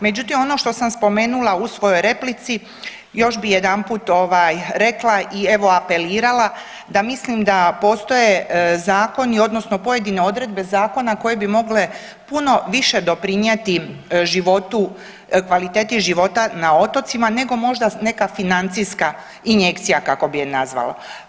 Međutim, ono što sam spomenula u svojoj replici još bi jedanput ovaj rekla i evo apelirala da mislim da postoje zakoni odnosno pojedine odredbe zakona koje bi mogle puno više doprinijeti životu, kvaliteti života na otocima nego možda neka financijska injekcija kako bi je nazvala.